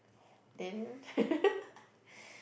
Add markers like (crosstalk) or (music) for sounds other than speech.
then (laughs)